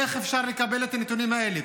איך אפשר לקבל את הנתונים האלה?